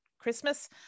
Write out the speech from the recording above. Christmas